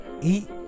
eat